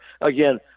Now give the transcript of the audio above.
again